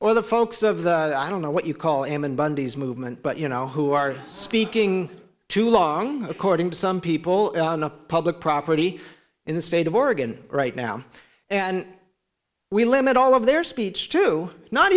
or the folks of the i don't know what you call him in bundy's movement but you know who are speaking too long according to some people on the public property in the state of oregon right now and we limit all of their speech to not